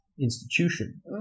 institution